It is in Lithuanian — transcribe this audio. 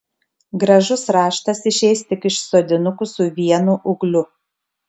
gražus raštas išeis tik iš sodinukų su vienu ūgliu